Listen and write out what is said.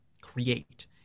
create